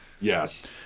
Yes